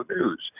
news